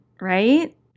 right